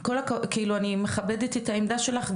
אני מכבדת את העמדה שלך,